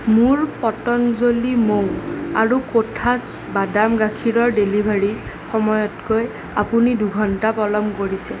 মোৰ পতঞ্জলী মৌ আৰু কোঠাছ বাদাম গাখীৰৰ ডেলিভাৰীৰ সময়তকৈ আপুনি দুঘণ্টা পলম কৰিছে